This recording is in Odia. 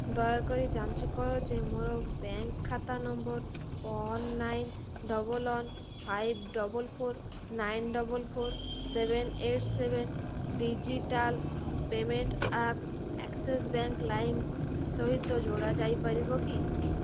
ଦୟାକରି ଯାଞ୍ଚ କର ଯେ ମୋର ବ୍ୟାଙ୍କ ଖାତା number one nine double one five double four nine double four seven eight seven digital payment app Axis bank ଲାଇମ୍ ସହିତ ଯୋଡ଼ା ଯାଇପାରିବ କି